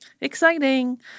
exciting